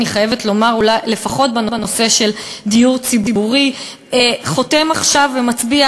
אני חייבת לומר שלפחות בנושא של דיור ציבורי חותם עכשיו ומצביע